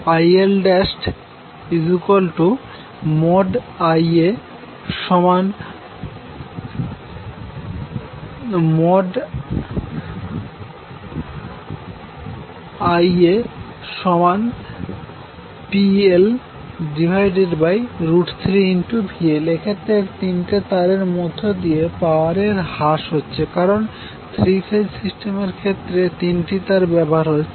ILIaIaIaPL3VL এক্ষেত্রে তিনটি তারের মধ্য দিয়ে পাওয়ার এর হ্রাস হছে কারন থ্রি ফেজ সিস্টেমের ক্ষেত্রে তিনটি তার ব্যবহার হচ্ছে